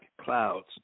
clouds